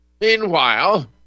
Meanwhile